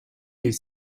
est